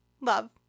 Love